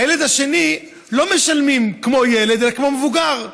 ועל הילד השני לא משלמים כמו ילד אלא כמו על מבוגר.